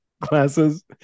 classes